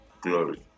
glory